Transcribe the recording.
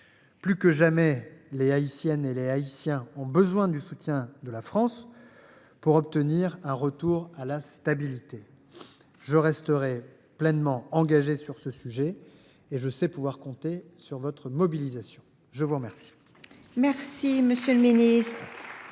Plus que jamais, les Haïtiennes et les Haïtiens ont besoin du soutien de la France pour obtenir le retour à la stabilité. Je resterai pleinement engagé sur ce sujet et je sais pouvoir compter sur votre mobilisation. La discussion